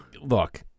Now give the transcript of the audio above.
Look